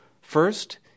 First